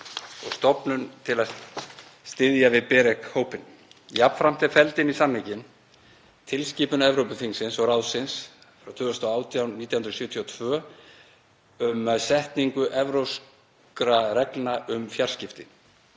og stofnun til að styðja við BEREC-hópinn. Jafnframt er felld inn í samninginn tilskipun Evrópuþingsins og ráðsins 2018/1972 um setningu evrópskra reglna um fjarskipti.